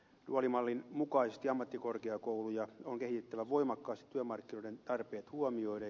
duaalimallin mukaisesti ammattikorkeakouluja on kehitettävä voimakkaasti työmarkkinoiden tarpeet huomioiden